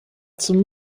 zum